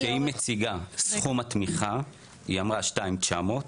סכום התמיכה, היא אמרה, 2.900,